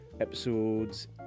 episodes